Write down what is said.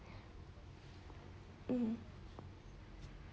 um